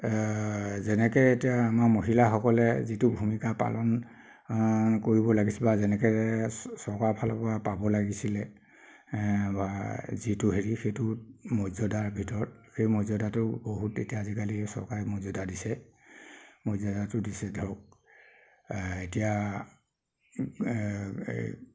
যেনেকৈ এতিয়া আমাৰ মহিলাসকলে যিটো ভূমিকা পালন কৰিব লাগিছিল বা যেনেকৈ চৰকাৰ ফালৰপৰা পাব লাগিছিলে বা যিটো হেৰি সেইটোত মৰ্য্যাদাৰ ভিতৰত সেই মৰ্য্যাদাটো বহুত এতিয়া আজিকালি চৰকাৰে মৰ্য্যাদা দিছে মৰ্য্যাদাটো দিছে ধৰক এতিয়া